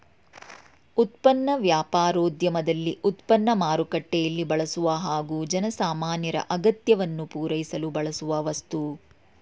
ಉತ್ಪನ್ನ ವ್ಯಾಪಾರೋದ್ಯಮದಲ್ಲಿ ಉತ್ಪನ್ನ ಮಾರುಕಟ್ಟೆಯಲ್ಲಿ ಬಳಸುವ ಹಾಗೂ ಜನಸಾಮಾನ್ಯರ ಅಗತ್ಯವನ್ನು ಪೂರೈಸಲು ಬಳಸುವ ವಸ್ತು